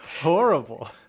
horrible